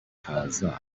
kaza